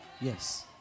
Yes